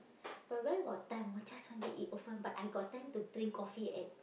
but where got time I just want to eat hor fun but I got time to drink coffee at